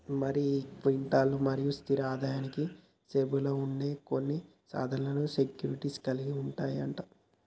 మరి ఈక్విటీలు మరియు స్థిర ఆదాయానికి సేరువలో ఉండే కొన్ని సాధనాలను సెక్యూరిటీస్ కలిగి ఉంటాయి అంట